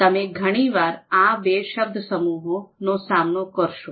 તમે ઘણી વાર આ બે શબ્દસમૂહો નો સામનો કરશો